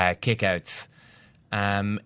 kick-outs